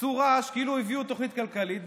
עשו רעש כאילו הביאו תוכנית כלכלית,